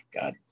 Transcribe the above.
God